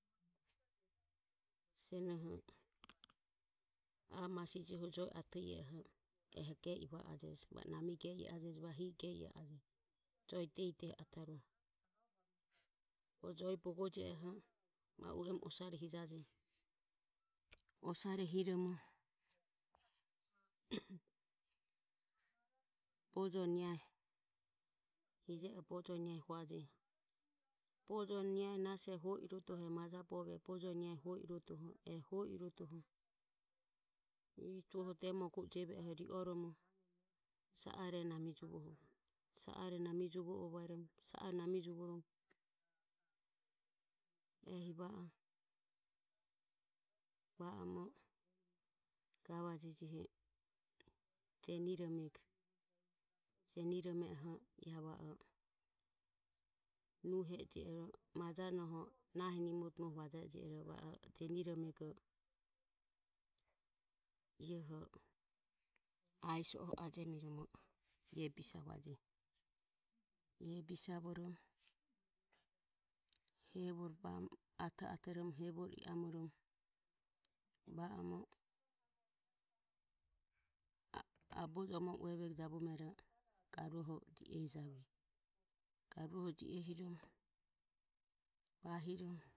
Senoho a masije hu joe ato ie oho ge i va ajejo ge i e ajejo va o hige ie a jejo o joe diehi diehi ataruoho o joe bogo jie oho ma u e mu osare hijajeji. Osare hiromo bojo niae hije oho bojo niae huajeje. Bojo niae nasi huo i rodoho e maja bovi bojoe niae huo i rodoho e huo irodoho vituho demagu e jeve oho rioromo sa are nami juvo o vaerom, nami juvorom ehi va o vaomo gavajeje jeni romego. jenirome oho nuhe e jie e ro nahi nimode ieoho aeso. e ajemiromo ei bisavajeje. ie bisavorom hevo baerom ie ato ato vorom va orom aboji ome ome uevego garu ho ji e hijarueji. Garuho ji e hirom bahirom.